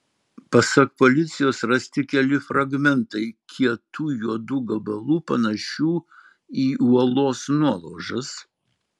pasak policijos rasti keli fragmentai kietų juodų gabalų panašių į uolos nuolaužas